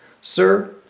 Sir